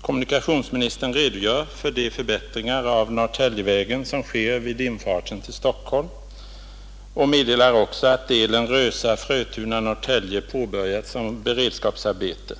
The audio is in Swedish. Kommunikationsministern redogör för de förbättringar av Norrtäljevägen som sker vid infarten till Stockholm och meddelar också att delen Rösa—Frötuna-—Norrtälje påbörjats som beredskapsarbete.